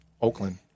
Oakland